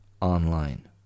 online